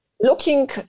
looking